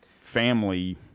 family